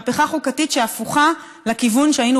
מהפכה חוקתית שהיא הפוכה מהכיוון שהיינו